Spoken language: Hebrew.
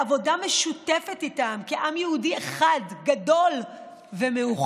בעבודה משותפת איתם כעם יהודי אחד, גדול ומאוחד.